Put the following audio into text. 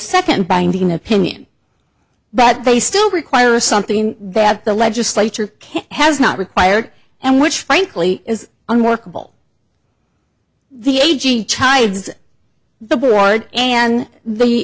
second banking opinion but they still require something that the legislature has not required and which frankly is unworkable the a g chives the board and the